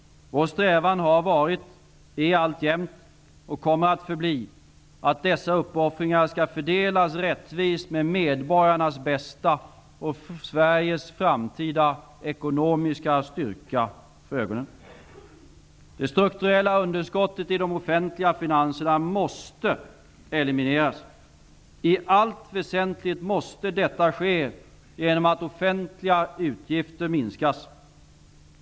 Vår strävan har varit, är alltjämt och kommer att förbli att dessa uppoffringar skall fördelas rättvist med medborgarnas bästa och Sveriges framtida ekonomiska styrka för ögonen. Det strukturella underskottet i de offentliga finanserna måste elimineras. I allt väsentligt måste detta ske genom att offentliga utgifter minskas.